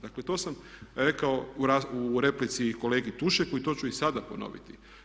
Dakle, to sam rekao u replici i kolegi Tušeku i to ću i sada ponoviti.